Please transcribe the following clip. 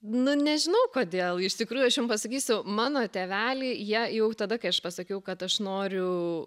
nu nežinau kodėl iš tikrųjų aš jum pasakysiu mano tėveliai jie jau tada kai aš pasakiau kad aš noriu